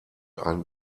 ein